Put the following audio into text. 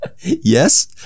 yes